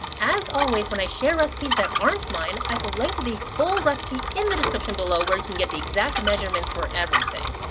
as always when i share recipes that aren't mine, i've linked the full recipe in the description below where you can get the exact measurements for everything.